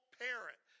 parent